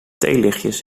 theelichtjes